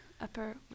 upper